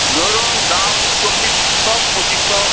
ধরুন দাম চব্বিশশো পঁচিশশো